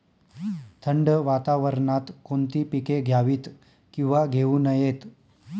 थंड वातावरणात कोणती पिके घ्यावीत? किंवा घेऊ नयेत?